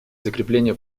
закрепления